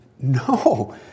no